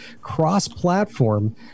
cross-platform